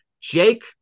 Jake